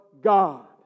God